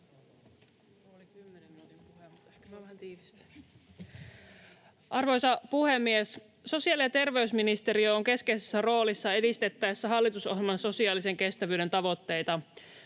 Arvoisa puhemies! Sosiaali- ja terveysministeriö on keskeisessä roolissa edistettäessä hallitusohjelman sosiaalisen kestävyyden tavoitteita.